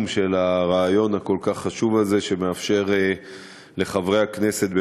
של הרעיון הכל-כך חשוב הזה שמאפשר לחברי הכנסת,